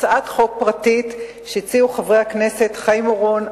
הצעת חוק פרטית שהציעו חברי הכנסת חיים אורון,